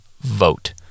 vote